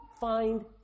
find